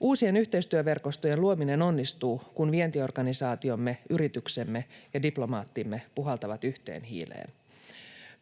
Uusien yhteistyöverkostojen luominen onnistuu, kun vientiorganisaatiomme, yrityksemme ja diplomaattimme puhaltavat yhteen hiileen.